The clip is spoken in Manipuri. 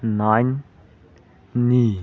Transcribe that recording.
ꯅꯥꯏꯟꯅꯤ